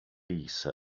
peas